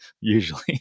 usually